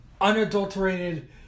unadulterated